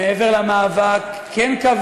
אם אנחנו לא נהיה בגבעות האלה כאן,